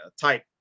type